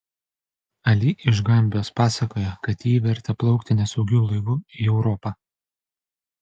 ali iš gambijos pasakojo kad jį vertė plaukti nesaugiu laivu į europą